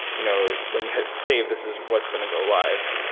you know when you save, this is what's going to go live.